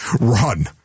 run